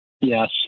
Yes